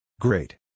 Great